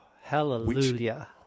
Hallelujah